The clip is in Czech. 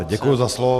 Děkuji za slovo.